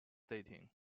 dating